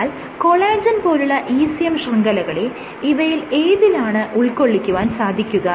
എന്നാൽ കൊളാജെൻ പോലുള്ള ECM ശൃംഖലകളെ ഇവയിൽ ഏതിലാണ് ഉൾക്കൊള്ളിക്കുവാൻ സാധിക്കുക